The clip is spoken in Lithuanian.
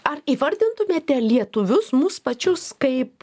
ar įvardintumėte lietuvius mus pačius kaip